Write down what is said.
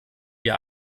wir